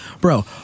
Bro